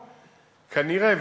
כנראה,